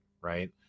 right